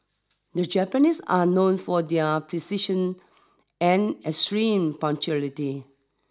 the Japanese are known for their precision and extreme punctuality